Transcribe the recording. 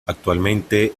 actualmente